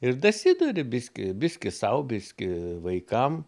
ir dasiduri biskį biskį sau biskį vaikam